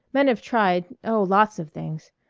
men have tried oh, lots of things.